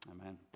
Amen